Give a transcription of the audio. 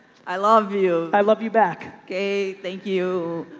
i love you. i love you back. okay. thank you.